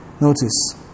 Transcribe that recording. notice